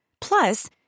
Plus